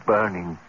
burning